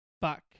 back